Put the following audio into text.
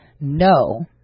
No